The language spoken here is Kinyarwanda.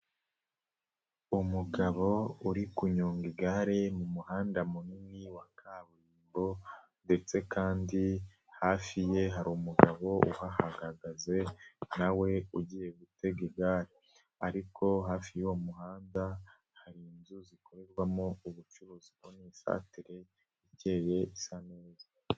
Umugabo uri kunyonga igare mu muhanda munini wa kaburimbo ndetse kandi hafi ye hari umugabo uhagaze na we ugiye gutega igare ariko hafi y'uwo muhanda hari inzu zikorerwamo ubucuruzi kuko ni isantire ikeye, isa neza.